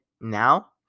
now